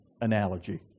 analogy